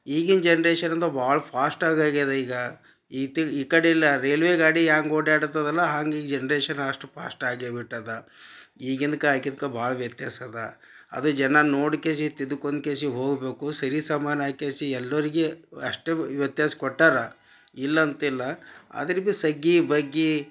ಈಗಿನ ಜನ್ರೇಷನಂತೂ ಭಾಳ ಫಾಶ್ಟಾಗಿ ಆಗ್ಯಾದ ಈಗ ಈತಿ ಈ ಕಡೆಯೆಲ್ಲ ರೇಲ್ವೆ ಗಾಡಿ ಹ್ಯಾಂಗ್ ಓಡಿಯಾಡ್ತದಲ್ಲ ಹಾಂಗೆ ಈ ಜನ್ರೇಷನ್ ಅಷ್ಟು ಫಾಶ್ಟ್ ಆಗೇ ಬಿಟ್ಟಿದ ಈಗಿಂದ್ಕೆ ಆಗಿಂದ್ಕೆ ಭಾಳ ವ್ಯತ್ಯಾಸ ಅದ ಅದು ಜನ ನೋಡ್ಕೆಶಿ ತಿದ್ದಕೊಂದ್ಕೇಶಿ ಹೋಗಬೇಕು ಸರಿ ಸಮಾನಾಕೇಶಿ ಎಲ್ಲರ್ಗೆ ಅಷ್ಟೇ ವ್ಯತ್ಯಾಸ ಕೊಟ್ಟಾರ ಇಲ್ಲ ಅಂತಿಲ್ಲ ಆದ್ರೆ ಭಿ ತಗ್ಗಿ ಬಗ್ಗಿ